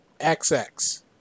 XX